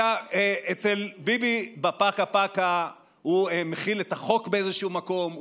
אצל ביבי בפקה-פקה הוא מחיל את החוק באיזשהו מקום,